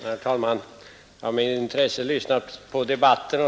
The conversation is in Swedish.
Herr talman! Jag har med intresse lyssnat på debatten.